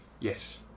Yes